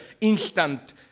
instant